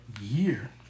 year